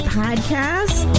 podcast